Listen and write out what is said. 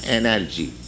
energy